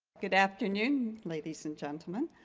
good afternoon ladies and gentlemen.